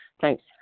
thanks